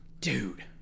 Dude